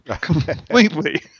completely